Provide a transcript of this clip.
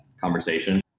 conversation